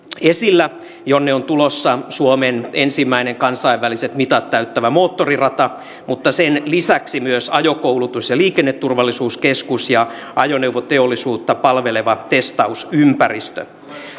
esillä tämä kymi ring jonne on tulossa suomen ensimmäinen kansainväliset mitat täyttävä moottorirata mutta sen lisäksi myös ajokoulutus ja liikenneturvallisuuskeskus ja ajoneuvoteollisuutta palveleva testausympäristö